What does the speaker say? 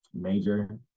major